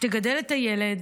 שתגדל את הילד,